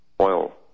oil